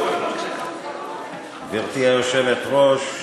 גברתי היושבת-ראש,